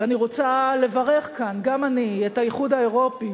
ואני רוצה לברך כאן, גם אני, את האיחוד האירופי